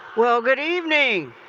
well, good evening.